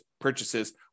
purchases